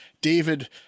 David